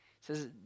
says